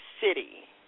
city